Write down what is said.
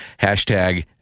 hashtag